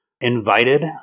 invited